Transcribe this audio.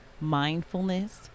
mindfulness